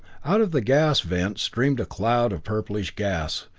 out of the gas vent streamed a cloud of purplish gas,